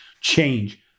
change